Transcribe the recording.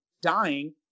dying